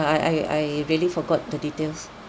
I I really forgot the details